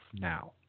now